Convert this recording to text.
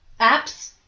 Apps